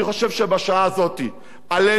אני חושב שבשעה הזאת עלינו,